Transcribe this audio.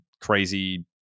crazy